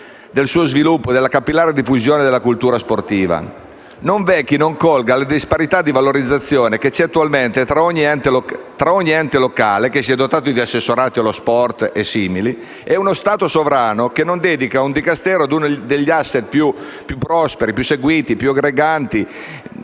del suo sviluppo e della capillare diffusione della cultura sportiva? Non vi è chi non colga la disparità di valorizzazione che c'è attualmente tra ogni ente locale, che si dota di assessorati allo sport e simili, e uno Stato sovrano che non dedica un Dicastero ad uno degli *asset* più prosperi, più seguiti, più aggreganti